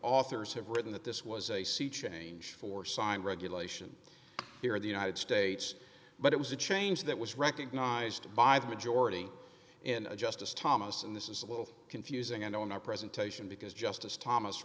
authors have written that this was a sea change for signed regulation here in the united states but it was a change that was recognized by the majority in a justice thomas and this is a little confusing i know in our presentation because justice thomas